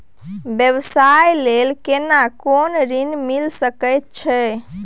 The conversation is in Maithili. व्यवसाय ले केना कोन ऋन मिल सके छै?